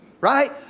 Right